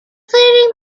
firing